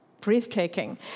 breathtaking